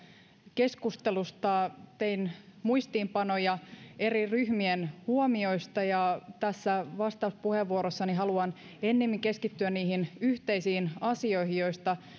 keskustelusta tein muistiinpanoja eri ryhmien huomioista ja tässä vastauspuheenvuorossani haluan ennemmin keskittyä niihin yhteisiin asioihin joista